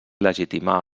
legitimar